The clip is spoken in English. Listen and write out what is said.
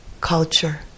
culture